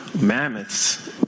mammoths